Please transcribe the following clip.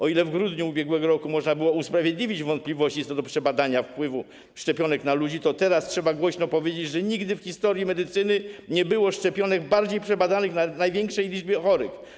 O ile w grudniu ub.r. można było usprawiedliwić wątpliwości dotyczące przebadania wpływu szczepionek na ludzi, o tyle teraz trzeba głośno powiedzieć, że nigdy w historii medycyny nie było szczepionek lepiej przebadanych, na większej liczbie chorych.